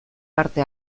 parte